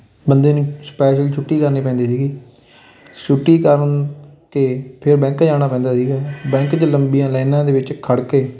ਬੰਦੇ ਨੂੰ ਸਪੈਸ਼ਲ ਛੁੱਟੀ ਕਰਨੀ ਪੈਂਦੀ ਸੀਗੀ ਛੁੱਟੀ ਕਰਨ ਕੇ ਫਿਰ ਬੈਂਕ ਜਾਣਾ ਪੈਂਦਾ ਸੀਗਾ ਬੈਂਕ 'ਚ ਲੰਬੀਆਂ ਲਾਈਨਾਂ ਦੇ ਵਿੱਚ ਖੜ੍ਹ ਕੇ